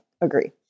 Agree